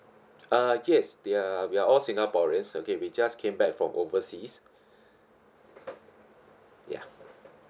uh yes they are we are all singaporeans okay we just came back from overseas yeah